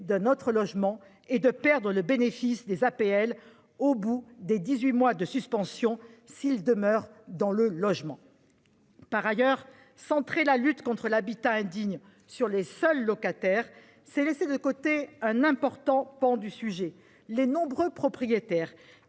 d'un autre logement et de perdre le bénéfice des APL après les dix-huit mois de suspension s'ils demeurent dans le logement. Par ailleurs, centrer la lutte contre l'habitat indigne sur les seuls locataires, c'est laisser de côté un pan important du sujet : les nombreux propriétaires